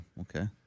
Okay